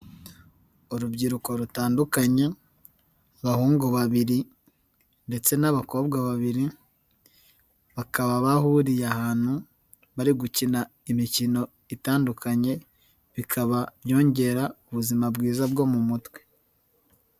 Urubyiruko rutandukanye, abahungu babiri ndetse n'abakobwa babiri bakaba bahuriye ahantu bari gukina imikino itandukanye bikaba byongera ubuzima bwiza bwo mu mutwe.